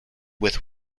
with